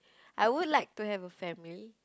I would like to have a family